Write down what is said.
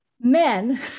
men